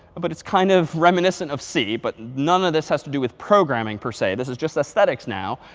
but it's kind of reminiscent of c. but none of this has to do with programming per se, this is just aesthetics now.